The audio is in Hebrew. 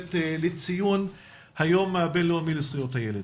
מיוחדת לציון היום הבינלאומי לזכויות הילד.